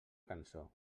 cançó